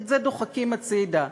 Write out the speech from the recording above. את זה דוחקים הצדה.